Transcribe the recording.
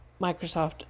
Microsoft